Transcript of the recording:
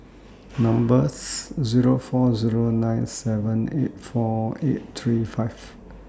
number's Zero four Zero nine seven eight four eight three five